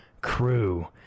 crew